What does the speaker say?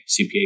CPA